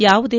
ಯಾವುದೇ